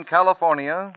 California